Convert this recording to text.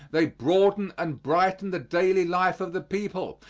they broaden and brighten the daily life of the people.